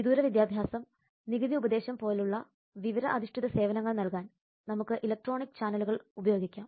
വിദൂര വിദ്യാഭ്യാസം നികുതി ഉപദേശം എന്നിവ പോലുള്ള വിവര അധിഷ്ഠിത സേവനങ്ങൾ നൽകാൻ നമുക്ക് ഇലക്ട്രോണിക് ചാനലുകൾ ഉപയോഗിക്കാം